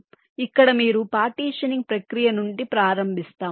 కాబట్టి ఇక్కడ మీరు పార్టీషనింగ్ ప్రక్రియ నుండి ప్రారంభిస్తాం